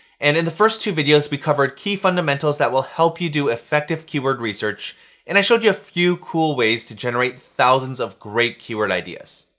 and in the first two videos we covered key fundamentals that will help you do effective keyword research and i showed you a few cool ways to generate thousands of great keyword ideas.